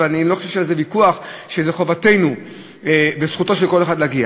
ואני לא חושב שיש על זה ויכוח שזו חובתנו ושזו זכותו של כל אחד להגיע.